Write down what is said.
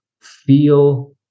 feel